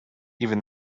even